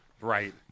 Right